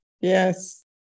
Yes